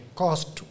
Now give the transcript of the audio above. cost